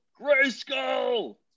Grayskull